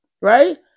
right